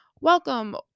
welcome